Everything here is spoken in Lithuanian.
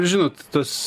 žinot tas